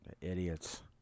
Idiots